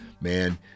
man